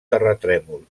terratrèmol